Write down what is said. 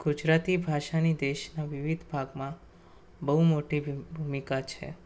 ગુજરાતી ભાષાની દેશના વિવિધ ભાગમાં બહુ મોટી ભિ ભૂમિકા છે